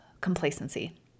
Complacency